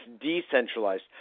decentralized